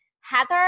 Heather